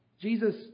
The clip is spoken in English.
Jesus